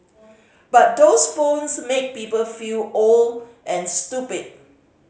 but those phones make people feel old and stupid